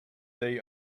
they